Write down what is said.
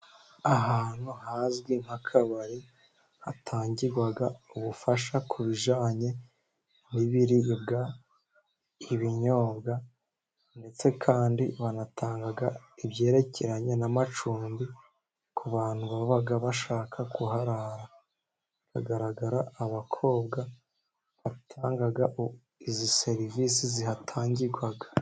Ahantu hazwi nk'akabari hatangirwa ubufasha ku bijyanye n'ibiribwa, ibinyobwa, ndetse kandi banatanga ibyerekeranye n'amacumbi ku bantu baba bashaka kuharara. Hagaragara abakobwa batanga izi serivisi zihatangirwaga.